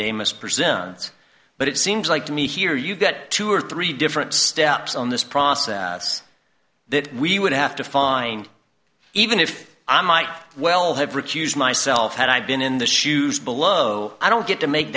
amus presents but it seems like to me here you get two or three different steps on this process that we would have to find even if i might well have recused myself had i been in the shoes below i don't get to make